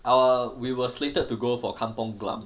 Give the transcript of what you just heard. our we were slated to go for kampong glam